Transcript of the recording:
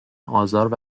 آزار